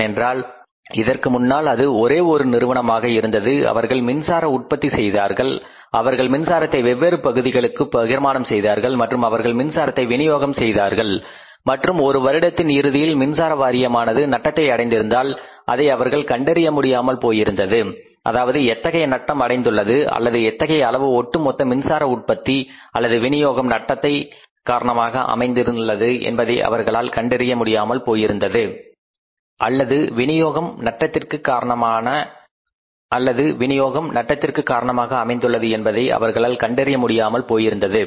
ஏனென்றால் இதற்கு முன்னால் அது ஒரே ஒரு நிறுவனமாக இருந்தது அவர்கள் மின்சார உற்பத்தி செய்தார்கள் அவர்கள் மின்சாரத்தை வெவ்வேறு பகுதிகளுக்கு பகிர்மானம் செய்தார்கள் மற்றும் அவர்கள் மின்சாரத்தை விநியோகம் செய்தார்கள் மற்றும் ஒரு வருடத்தின் இறுதியில் மின்சார வாரியமானது நட்டத்தை அடைந்திருந்தால் அதை அவர்கள் கண்டறிய முடியாமல் போயிருந்தது அதாவது எத்தகைய நட்டம் அடைந்துள்ளது அல்லது எத்தகைய அளவு ஒட்டு மொத்த மின்சார உற்பத்தி அல்லது வினியோகம் நட்டத்திற்கு காரணமாக அமைந்துள்ளது என்பதை அவர்களால் கண்டறிய முடியாமல் போயிருந்தது